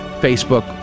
Facebook